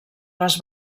les